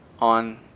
on